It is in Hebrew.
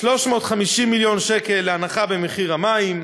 350 מיליון שקל להנחה במחיר המים,